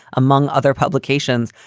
among other publications.